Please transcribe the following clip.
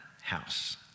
house